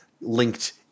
linked